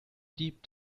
deep